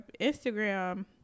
Instagram